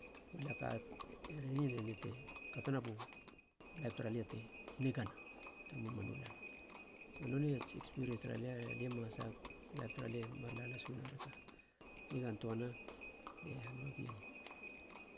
Hula ka, e herene ni none te katona bo laip tara lia te nigana turu mamanu lan. So nonei ats ekspiriens tara lia, alia masag, laip tara lie mar la las uena teka, nigantöana lie hanöa gie ni.